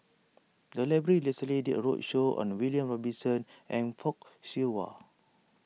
the library recently did a roadshow on the William Robinson and Fock Siew Wah